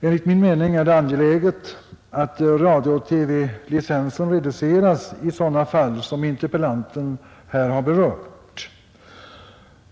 Enligt min mening är det angeläget att radiooch TV-licenserna reduceras i sådana fall som interpellanten här har berört.